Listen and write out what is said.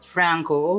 Franco